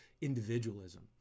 individualism